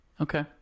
Okay